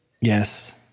Yes